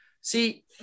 see